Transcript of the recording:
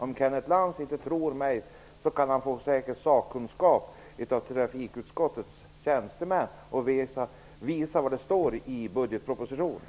Om Kenneth Lantz inte tror mig kan han få säker sakkunskap av trafikutskottets tjänstemän. De kan visa var det står i budgetpropositionen.